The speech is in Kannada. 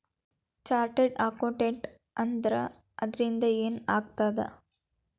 ಚಾರ್ಟರ್ಡ್ ಅಕೌಂಟೆಂಟ್ ಆದ್ರ ಅದರಿಂದಾ ಏನ್ ಆಗ್ತದ?